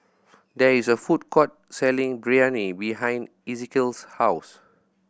there is a food court selling Biryani behind Ezekiel's house